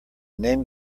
name